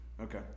Okay